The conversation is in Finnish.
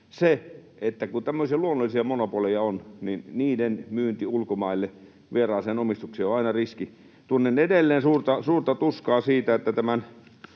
se, että kun tämmöisiä luonnollisia monopoleja on, niin niiden myynti ulkomaille vieraaseen omistukseen on aina riski. Tunnen edelleen suurta tuskaa siitä, että tämän